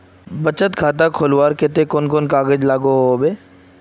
बचत खाता खोलवार केते कुन कुन कागज लागोहो होबे?